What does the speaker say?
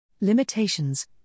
Limitations